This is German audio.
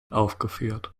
aufgeführt